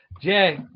Jay